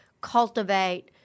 cultivate